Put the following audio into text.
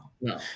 No